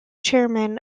chairman